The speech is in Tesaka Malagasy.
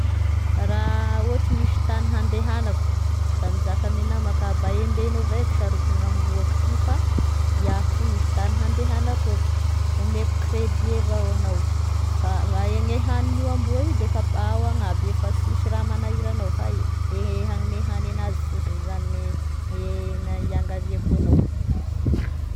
Raha ohatry misy tagny handehagnako, da mizaka ame namako ah mba embeno avao eky sha rô gn'amboako ty, fa iaho ty misy tagny andehanako aky, omeko credit evao agnao fa raha gne hanign'io amboa io da efa ao agnaby efa sisy raha magnahira anao fa e hagnome hagny anazy fonsiny zany gne hiangaviako agnao.